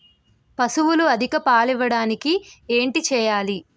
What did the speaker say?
పశువులు అధిక పాలు ఇవ్వడానికి ఏంటి చేయాలి